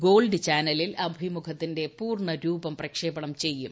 gold ചാനലിൽ അഭിമുഖത്തിന്റെ പൂർണ്ണ രൂപം പ്രക്ഷേപണം ചെയ്യും